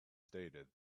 stated